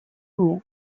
мне